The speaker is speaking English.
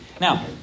Now